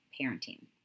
parenting